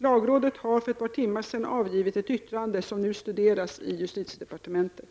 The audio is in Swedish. Lagrådet har för ett par timmar sedan avgivit ett yttrande, som nu studeras i justitiedepartementet.